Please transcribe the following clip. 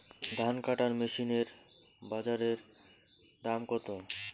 ধান কাটার মেশিন এর বাজারে দাম কতো?